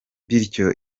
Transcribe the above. bityo